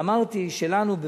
אמרתי שלנו,